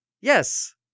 Yes